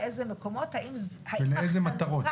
באיזה מקומות --- ולאיזה מטרות.